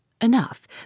Enough